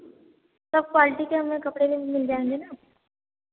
सब क्वाल्टी के हमें कपड़े भी मिल जाएँगे ना